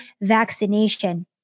vaccination